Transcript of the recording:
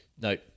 No